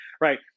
Right